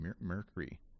mercury